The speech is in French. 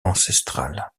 ancestrales